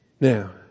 Now